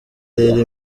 rero